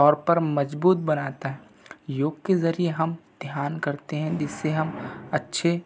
तौर पर मजबूत बनाता है योग के जरिए हम ध्यान करते है जिससे हम अच्छे